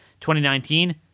2019